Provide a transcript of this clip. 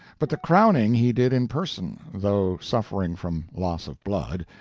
but the crowning he did in person, though suffering from loss of blood,